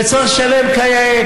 וצריך לשלם כיאות,